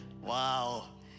Wow